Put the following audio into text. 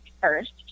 first